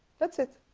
that's it